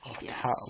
Yes